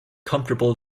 comfortable